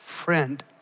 friend